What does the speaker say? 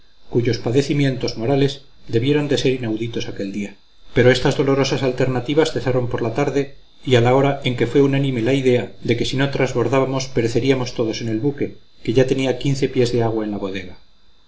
cuyos padecimientos morales debieron de ser inauditos aquel día pero estas dolorosas alternativas cesaron por la tarde y a la hora en que fue unánime la idea de que si no trasbordábamos pereceríamos todos en el buque que ya tenía quince pies de agua en la bodega